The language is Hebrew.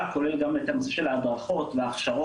כולל גם את הנושא של ההדרכות וההכשרות,